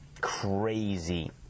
crazy